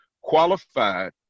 qualified